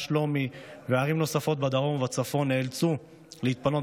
שלומי וערים נוספות בדרום ובצפון נאלצו להתפנות